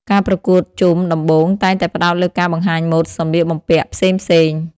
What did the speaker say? ការប្រកួតជុំដំបូងតែងតែផ្តោតលើការបង្ហាញម៉ូដសម្លៀកបំពាក់ផ្សេងៗ។